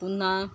पुन्हा